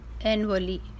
annually